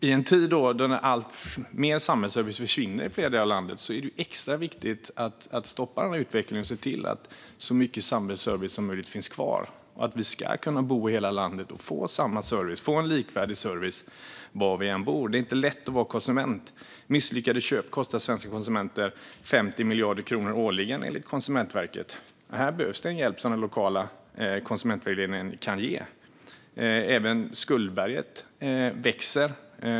I en tid när alltmer samhällsservice försvinner i flera delar av landet är det extra viktigt att stoppa den utvecklingen och se till att så mycket samhällsservice som möjligt finns kvar. Vi ska kunna bo i hela landet och få en likvärdig service var vi än bor. Det är inte lätt att vara konsument. Misslyckade köp kostar svenska konsumenter 50 miljarder kronor årligen enligt Konsumentverket. Här behövs den hjälp som den lokala konsumentvägledningen kan ge. Även skuldberget växer.